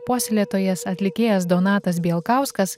puoselėtojas atlikėjas donatas bielkauskas